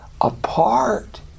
apart